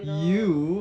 you